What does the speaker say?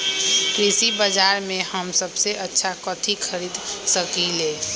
कृषि बाजर में हम सबसे अच्छा कथि खरीद सकींले?